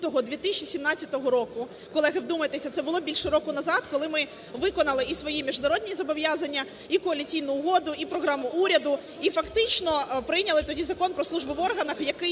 2017 року. Колеги, вдумайтеся, це було більше року назад, - коли ми виконали і свої міжнародні зобов'язання, і Коаліційну угоду, і програму уряду, і фактично прийняли тоді Закон про службу в органах, який